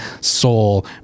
soul